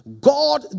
God